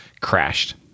crashed